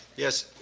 yes,